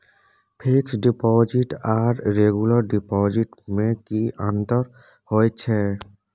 Fix deposit आर regular deposit में की अंतर होय छै?